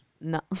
No